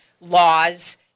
laws